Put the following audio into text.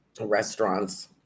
restaurants